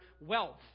wealth